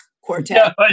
Quartet